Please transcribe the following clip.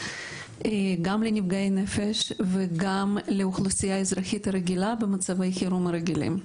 גם לנפגעי נפש וגם לאוכלוסייה האזרחית הרגילה במצבי החירום הרגילים.